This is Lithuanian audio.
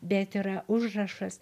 bet yra užrašas